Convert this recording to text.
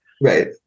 Right